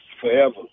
forever